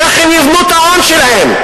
איך הם יבנו את ההון שלהם?